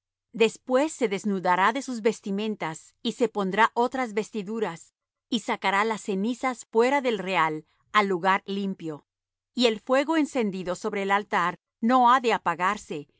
después se desnudará de sus vestimentas y se pondrá otras vestiduras y sacará las cenizas fuera del real al lugar limpio y el fuego encendido sobre el altar no ha de apagarse